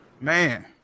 Man